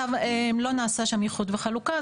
לא נעשה שם איחוד וחלוקה,